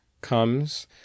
comes